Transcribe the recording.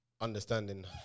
understanding